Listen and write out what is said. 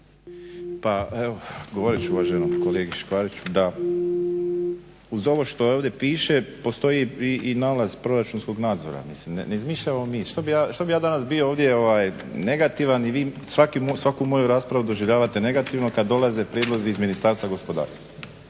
Pa evo odgovorit ću uvaženom kolegi Škvariću da uz ovo što ovdje piše postoji i novac proračunskog nadzora. Mislim ne izmišljamo mi, što bih ja danas bio ovdje negativan i vi svaku moju raspravu doživljavate negativno kad dolaze prijedlozi iz Ministarstva gospodarstva.